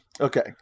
Okay